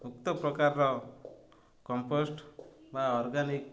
ଉକ୍ତ ପ୍ରକାରର କମ୍ପୋଷ୍ଟ ବା ଅର୍ଗାନିକ